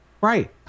Right